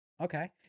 Okay